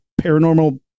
paranormal